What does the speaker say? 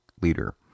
leader